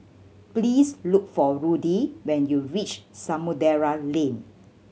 please look for Rudy when you reach Samudera Lane